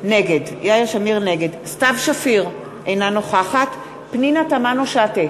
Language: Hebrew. נגד סתיו שפיר, אינה נוכחת פנינה תמנו-שטה,